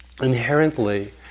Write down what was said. inherently